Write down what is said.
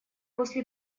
после